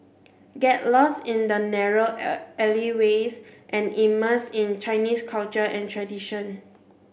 get lost in the narrow alleyways and immerse in Chinese culture and tradition